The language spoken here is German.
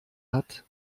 hat